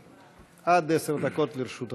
עד עשר דקות לרשות אדוני.